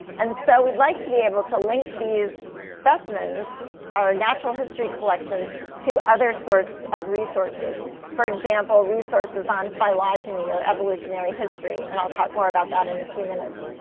and so we'd like to be able to link these specimens or natural history collections to other sorts of resources for example, resources on phylogeny or evolutionary history. and i'll talk more about that in a few minutes.